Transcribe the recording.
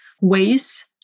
ways